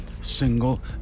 single